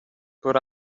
put